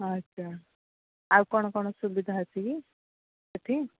ଆଚ୍ଛା ଆଉ କ'ଣ କ'ଣ ସୁବିଧା ଅଛି କି ସେଇଠି